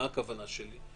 מה הכוונה שלי?